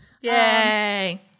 Yay